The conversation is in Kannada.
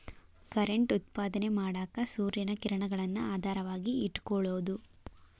ಕರೆಂಟ್ ಉತ್ಪಾದನೆ ಮಾಡಾಕ ಸೂರ್ಯನ ಕಿರಣಗಳನ್ನ ಆಧಾರವಾಗಿ ಇಟಕೊಳುದು